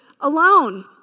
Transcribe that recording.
alone